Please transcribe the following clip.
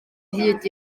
hyd